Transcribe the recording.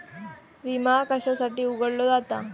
विमा कशासाठी उघडलो जाता?